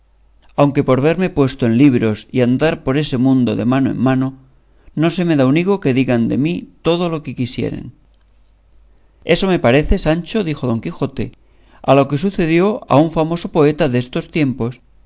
aunque por verme puesto en libros y andar por ese mundo de mano en mano no se me da un higo que digan de mí todo lo que quisieren eso me parece sancho dijo don quijote a lo que sucedió a un famoso poeta destos tiempos